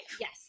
Yes